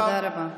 תודה רבה.